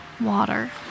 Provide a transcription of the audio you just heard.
Water